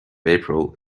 april